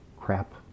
crap